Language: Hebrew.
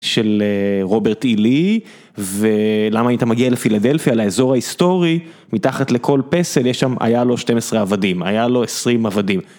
של רוברט אילי, ולמה אם אתה מגיע לפילדלפיה, לאזור ההיסטורי, מתחת לכל פסל, יש שם, היה לו 12 עבדים, היה לו 20 עבדים.